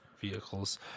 vehicles